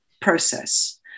process